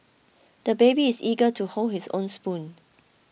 the baby is eager to hold his own spoon